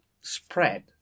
spread